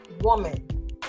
woman